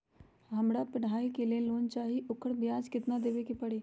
हमरा पढ़ाई के लेल लोन चाहि, ओकर ब्याज केतना दबे के परी?